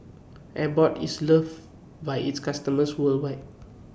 Abbott IS loved By its customers worldwide